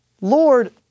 Lord